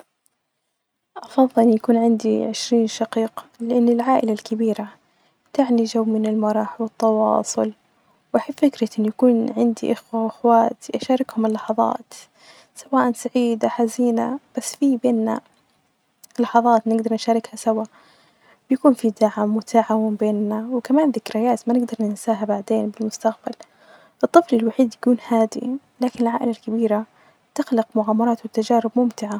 أفظل يكون عندي عشرين شقيق، لأن العائلة الكبيرة تعني جو من المرح والتواصل وأحب فكرة أن يكون عندي أخوة وأخوات أشاركهم اللحظات سواء سعيدة ،حزينة بس في بينا لحظات نجدر نشاركها سوا ،يكون فيه دعم وتعاون بينا وكمان ذكريات ما نجدر ننساها بعدين في المستقبل الطفل الوحيد يكون هادي لكن العائلة الكبيرة تخلق مغامرات وتجارب ممتعة.